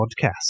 podcast